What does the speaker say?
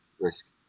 risk